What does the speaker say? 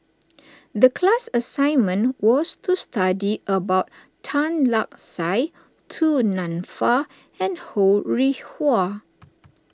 the class assignment was to study about Tan Lark Sye Du Nanfa and Ho Rih Hwa